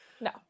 No